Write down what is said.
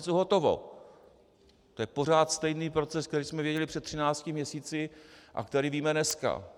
To je pořád stejný proces, který jsme věděli před třinácti měsíci a který víme dneska.